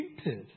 stupid